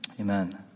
Amen